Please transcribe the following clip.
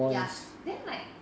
ya then like